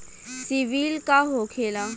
सीबील का होखेला?